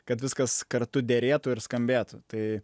kad viskas kartu derėtų ir skambėtų tai